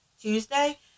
Tuesday